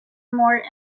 more